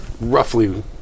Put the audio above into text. roughly